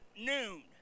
noon